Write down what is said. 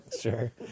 Sure